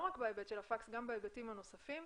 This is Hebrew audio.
לא רק בהיבט של הפקס, גם בהיבטים נוספים.